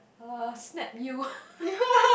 uh snap you